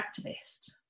activist